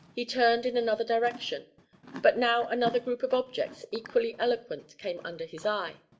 he turned in another direction but now another group of objects equally eloquent came under his eye.